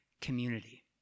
community